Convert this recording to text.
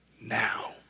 now